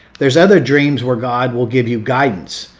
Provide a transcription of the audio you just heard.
there's other dreams where god will give you guidance.